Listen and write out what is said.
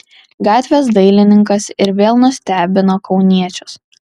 gatvės dailininkas ir vėl nustebino kauniečius